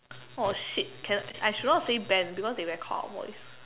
oh shit cannot I should not say Ben because they record our voice